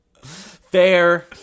Fair